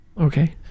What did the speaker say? Okay